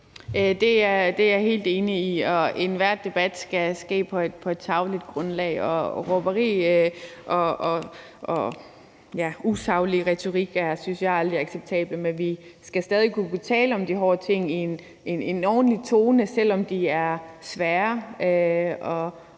Det er jeg helt enig i. Enhver debat skal ske på et sagligt grundlag. Råberi og usaglig retorik synes jeg aldrig er acceptabelt, men vi skal stadig væk kunne tale om de hårde ting i en ordentlig tone, selv om de er svære